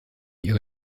ihre